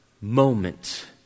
moment